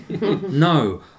no